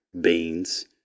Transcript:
beans